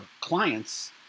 clients